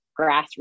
grassroots